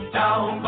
down